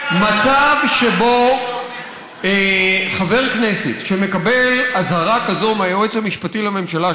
מצב שבו חבר כנסת שמקבל אזהרה כזאת מהיועץ המשפטי לממשלה,